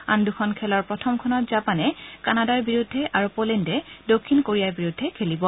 আন দুখন খেলৰ প্ৰথমখনত জাপানে কানাডাৰ বিৰুদ্ধে আৰু পলেণ্ডে দক্ষিণ কোৰিয়াৰ বিৰুদ্ধে খেলিব